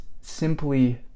simply